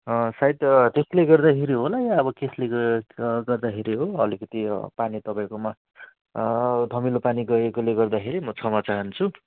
सायद त्यसले गर्दाखेरि होला या अब केले गर्दाखेरि हो अलिकिति पानी तपाईँकोमा धमिलो पानी गएकोले गर्दाखेरि म क्षमा चाहन्छु